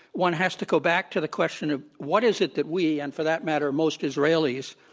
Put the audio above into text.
one has to go back to the question of what is it that we, and for that matter, most israelis,